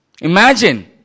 Imagine